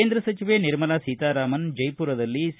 ಕೇಂದ್ರ ಸಚಿವೆ ನಿರ್ಮಲಾ ಸೀತಾರಾಮನ್ ಜೈಪುರದಲ್ಲಿ ಸಿ